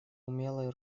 умелое